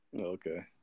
Okay